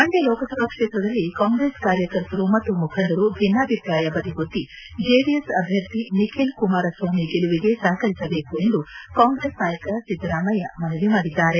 ಮಂಡ್ಕ ಲೋಕಸಭಾ ಕ್ಷೇತ್ರದಲ್ಲಿ ಕಾಯ್ರೆಸ್ ಕಾರ್ಯಕರ್ತರು ಮತ್ತು ಮುಖಂಡರು ಭಿನ್ನಾಭಿಪ್ರಾಯ ಬದಿಗೊತ್ತಿ ಜೆಡಿಎಸ್ ಅಭ್ಯರ್ಥಿ ನಿಖಿಲ್ ಕುಮಾರಸ್ವಾಮಿ ಗೆಲುವಿಗೆ ಸಪಕರಿಸಬೇಕು ಎಂದು ಕಾಂಗ್ರೆಸ್ ನಾಯಕ ಸಿದ್ದರಾಮಯ್ಕ ಮನವಿ ಮಾಡಿದ್ದಾರೆ